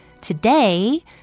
Today